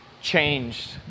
changed